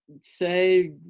say